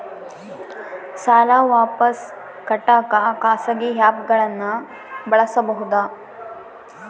ಸಾಲ ವಾಪಸ್ ಕಟ್ಟಕ ಖಾಸಗಿ ಆ್ಯಪ್ ಗಳನ್ನ ಬಳಸಬಹದಾ?